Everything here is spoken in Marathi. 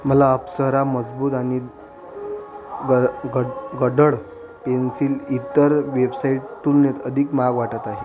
मला अप्सरा मजबूत आणि ग गड गडद पेन्सिल इतर वेबसाइट तुलनेत अधिक महाग वाटत आहे